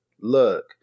Look